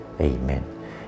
Amen